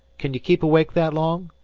kin you keep awake that long?